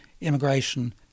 immigration